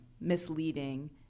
misleading